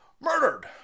murdered